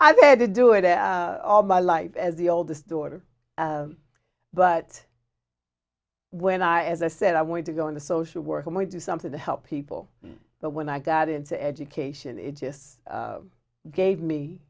i had to do it all my life as the oldest daughter but when i as i said i wanted to go into social work and we do something to help people but when i got into education it just gave me